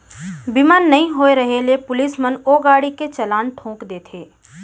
बीमा नइ होय रहें ले पुलिस मन ओ गाड़ी के चलान ठोंक देथे